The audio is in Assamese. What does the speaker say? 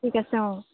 ঠিক আছে অ